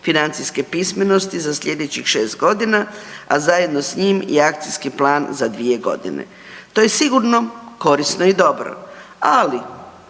financijske pismenosti za sljedećih šest godina, a zajedno s njim i akcijski plan za dvije godine. To je sigurno korisno i dobro, ali